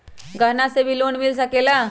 गहना से भी लोने मिल सकेला?